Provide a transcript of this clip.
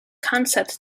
concept